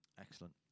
excellent